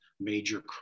major